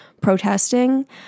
protesting